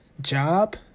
job